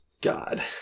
God